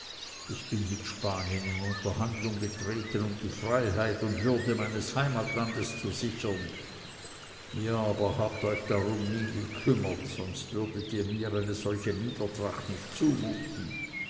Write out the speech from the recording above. ich bin mit spanien in unterhandlung getreten um die freiheit und würde meines heimatlandes zu sichern ihr aber habt euch darum nie gekümmert sonst würdet ihr mir eine solche niedertracht nicht zumuten